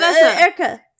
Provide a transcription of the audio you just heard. Erica